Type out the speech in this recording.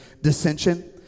dissension